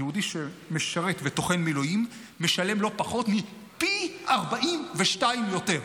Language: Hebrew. היהודי שמשרת וטוחן מילואים משלם לא פחות מפי 42 יותר.